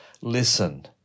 listen